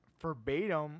verbatim